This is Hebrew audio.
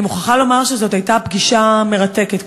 אני מוכרחה לומר שזאת הייתה פגישה מרתקת.